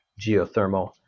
geothermal